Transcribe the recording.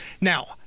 Now